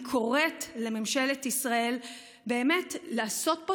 אני קוראת לממשלת ישראל באמת לעשות פה